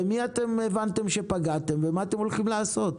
במי אתם הבנתם שפגעתם ומה אתם הולכים לעשות.